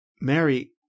Mary